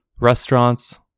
restaurants